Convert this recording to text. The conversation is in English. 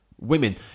women